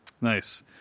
Nice